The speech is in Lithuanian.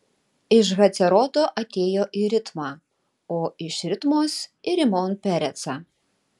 iš haceroto atėjo į ritmą o iš ritmos į rimon perecą